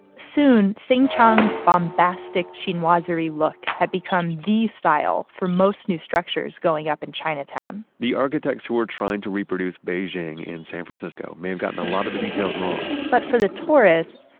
soon, sing chong's bombastic chinoiserie look had become the style for most new structures going up in chinatown the architects who are trying to reproduce beijing in san francisco may have gotten a lot of the details wrong but for the tourists,